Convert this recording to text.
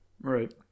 Right